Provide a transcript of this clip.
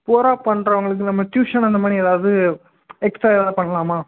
புவராக பண்ணுறவங்களுக்கு நம்ம ட்யூஷன் அந்தமாதிரி ஏதாவது எக்ஸ்ட்ரா ஏதாவது பண்ணலாமா